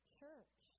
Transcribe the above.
church